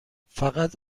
فقط